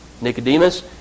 Nicodemus